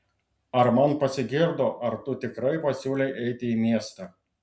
ar man pasigirdo ar tu tikrai pasiūlei eiti į miestą